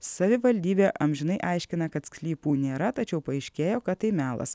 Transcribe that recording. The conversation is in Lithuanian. savivaldybė amžinai aiškina kad sklypų nėra tačiau paaiškėjo kad tai melas